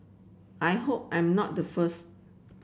I hope I'm not the first